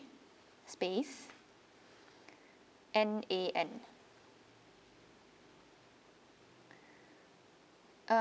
space N A N ah